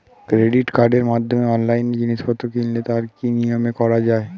Credit কার্ডের মাধ্যমে অনলাইনে জিনিসপত্র কিনলে তার কি নিয়মে করা যায়?